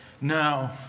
Now